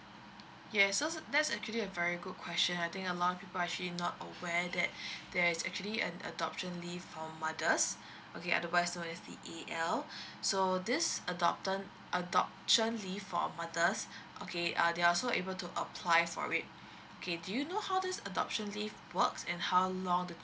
yes so that's actually a very good question I think a lot of people are actually not aware that there's actually a adoption leave for mothers okay otherwise known as the A_L so this adopted adoption leave for mothers okay uh they are also able to apply for it okay do you know how this adoption leave works and how long the